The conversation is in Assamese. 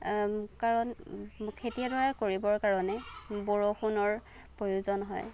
কাৰণ খেতি এডৰা কৰিবৰ কাৰণে বৰষুণৰ প্ৰয়োজন হয়